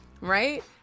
Right